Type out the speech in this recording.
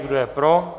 Kdo je pro?